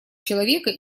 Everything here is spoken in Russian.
человека